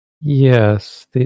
Yes